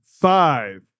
Five